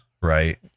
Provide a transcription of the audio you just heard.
right